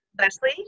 Leslie